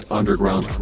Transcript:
Underground